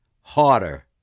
harder